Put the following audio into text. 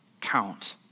count